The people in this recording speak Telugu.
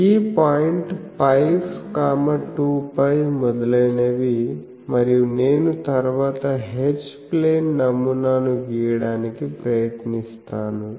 ఈ పాయింట్ π 2π మొదలైనవి మరియు నేను తరువాత H ప్లేన్ నమూనాను గీయడానికి ప్రయత్నిస్తాను